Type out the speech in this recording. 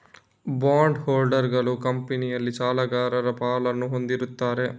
bond ಹೋಲ್ಡರುಗಳು ಕಂಪನಿಯಲ್ಲಿ ಸಾಲಗಾರ ಪಾಲನ್ನು ಹೊಂದಿರುತ್ತಾರೆ